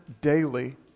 daily